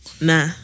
Nah